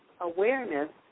awareness